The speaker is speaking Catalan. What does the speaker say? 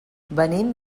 venim